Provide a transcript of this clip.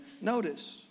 notice